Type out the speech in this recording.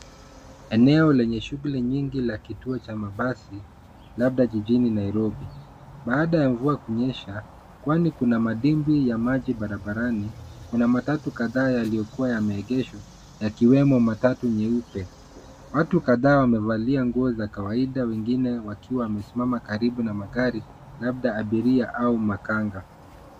Eneo lenye shughuli nyingi la kituo cha mabasi labda jijini Nairobi. Baada ya mvua kunyesha kwani kuna madimbwi ya maji barabarani. Kuna matatu kadhaa yaliyokuwa yameegeshwa yakiwemo matatu nyeupe. Watu kadhaa wamevalia nguo za kawaida wengine wakiwa wamesimama karibu na magari labda abiria au makanga